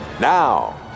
now